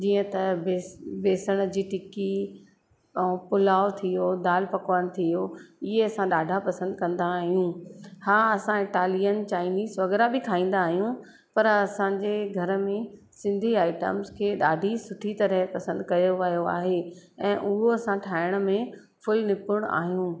जीअं त बेस बेसण जी टिकी ऐं पुलाउ थी वियो दाल पकवान थी वियो इहे असां ॾाढा पसंदि कंदा आहियूं हा असां इटालियन चाइनीज़ वग़ैरह बि खाईंदा आहियूं पर असांजे घर में सिंधी आइटम्स खे ॾाढी सुठी तरह पसंदि कयो वियो आहे ऐं उहो असां ठाहिण में फुल निपूर्ण आहियूं